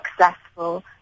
successful